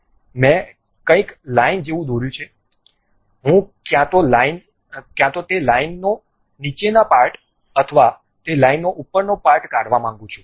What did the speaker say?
મેં કંઈક લાઇન જેવું દોર્યું છે હું ક્યાં તો તે લાઇનનો નીચેનો પાર્ટ અથવા તે લાઇનનો ઉપરનો પાર્ટ કાઢવા માંગું છું